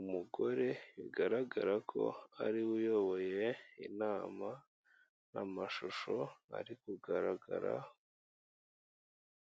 umugore, bigaragara ko ariwe uyoboye inama, amashusho ari kugaragara.